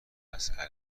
مساله